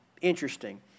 interesting